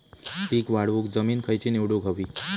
पीक वाढवूक जमीन खैची निवडुक हवी?